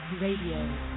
Radio